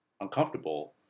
uncomfortable